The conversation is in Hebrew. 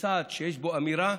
כצעד שיש בו אמירה,